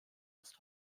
ist